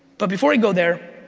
but before i go there,